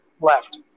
left